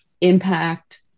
impact